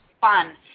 fun